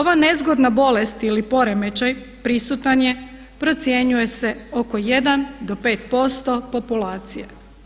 Ova nezgodna bolest ili poremećaj prisutan je procjenjuje se oko 1-5% populacije.